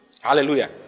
Hallelujah